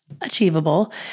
achievable